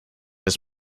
his